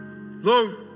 Lord